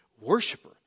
worshiper